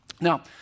Now